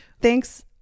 Thanks